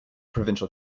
provincial